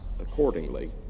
accordingly